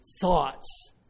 thoughts